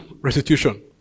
restitution